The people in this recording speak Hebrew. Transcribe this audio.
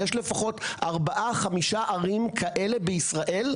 יש לפחות ארבע חמישה ערים כאלה בישראל,